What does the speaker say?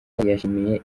yashimiye